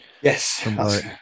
yes